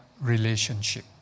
relationship